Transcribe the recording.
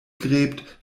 gräbt